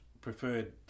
preferred